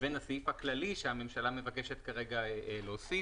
לבין הסעיף הכללי שהממשלה מבקשת להוסיף,